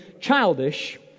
childish